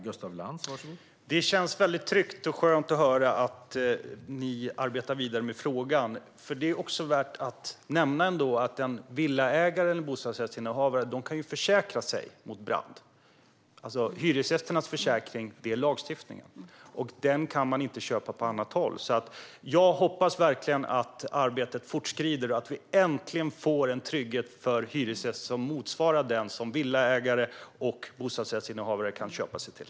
Herr talman! Det känns tryggt och skönt att höra att regeringen arbetar vidare med frågan. Det är också värt att nämna att en villaägare eller bostadsrättsinnehavare kan försäkra sig mot brand. Hyresgästernas försäkring är lagstiftningen. Den kan man inte köpa på annat håll. Jag hoppas verkligen att arbetet fortskrider och att vi äntligen får en trygghet för hyresgäster som motsvarar den som villaägare och bostadsrättsinnehavare kan köpa sig till.